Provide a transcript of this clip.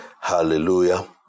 Hallelujah